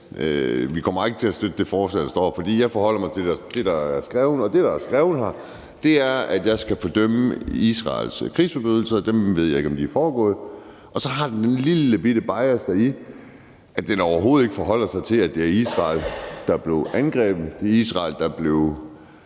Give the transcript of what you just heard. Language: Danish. kommer til at støtte det forslag, der foreligger? For jeg forholder mig til det, der er skrevet, og det, der er skrevet, er, at jeg skal fordømme Israels krigsforbrydelser, og jeg ved ikke, om de er foregået. Og så er der den lillebitte bias i det, at det overhovedet ikke forholder sig til, at det er Israel, der er blevet angrebet, at det er Israel, der fik